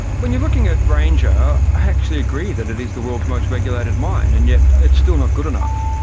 when you're looking at ranger, i actually agree that it is the world's most regulated mine, and yet it's still not good enough.